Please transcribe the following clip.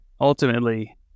ultimately